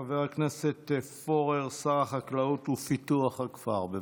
חבר הכנסת פורר, שר החקלאות ופיתוח הכפר, בבקשה.